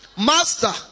Master